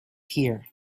here